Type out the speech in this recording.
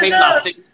plastic